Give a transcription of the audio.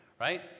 Right